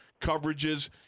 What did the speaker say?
coverages